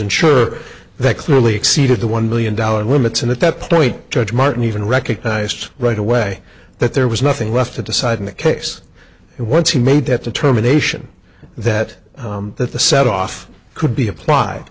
insurer that clearly exceeded the one million dollars limits and at that point judge martin even recognized right away that there was nothing left to decide in that case and once he made that determination that that the set off could be applied